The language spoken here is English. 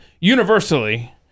universally